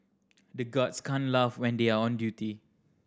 the guards can't laugh when they are on duty